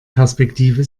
perspektive